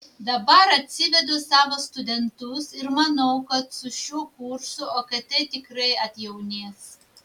dabar atsivedu savo studentus ir manau kad su šiuo kursu okt tikrai atjaunės